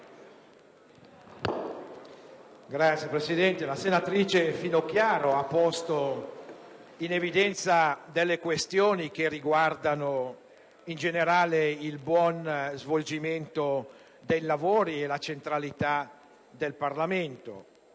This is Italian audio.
La senatrice Finocchiaro ha posto in evidenza questioni che riguardano in generale il buon andamento dei lavori e la centralità del Parlamento